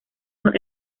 los